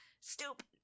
stupid